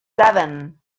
seven